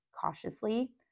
cautiously